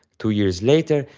two years later,